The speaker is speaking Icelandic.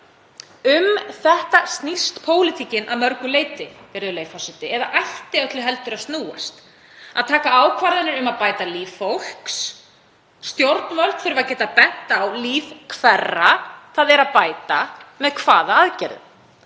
Um þetta snýst pólitíkin að mörgu leyti, virðulegi forseti, eða ætti öllu heldur að snúast: Að taka ákvarðanir um að bæta líf fólks. Stjórnvöld þurfa að geta bent á líf hverra það ætlar að bæta með hvaða aðgerðum.